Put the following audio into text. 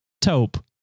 taupe